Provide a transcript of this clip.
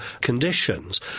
conditions